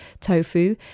tofu